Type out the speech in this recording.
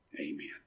amen